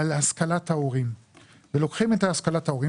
על השכלת ההורים ולוקחים את השכלת ההורים